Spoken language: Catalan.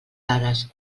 dades